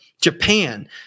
japan